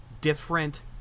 different